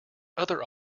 other